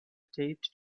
taped